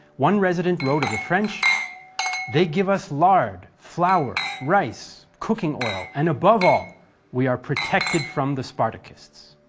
one resident wrote of the french they give us lard, flour, rice, cooking oil and above all we are protected from the spartakists.